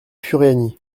furiani